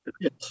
yes